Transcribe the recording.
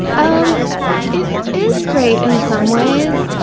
um it is great in some ways. ah